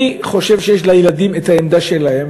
אני חושב שיש לילדים את העמדה שלהם.